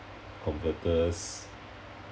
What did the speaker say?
converters